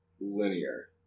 linear